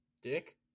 Dick